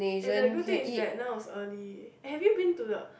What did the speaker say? and I don't think is that now is early have you been to the